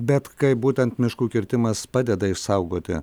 bet kaip būtent miškų kirtimas padeda išsaugoti